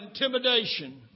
Intimidation